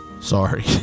sorry